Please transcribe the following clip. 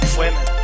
women